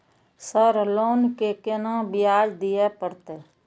Sir loan के केना ब्याज दीये परतें?